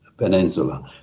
Peninsula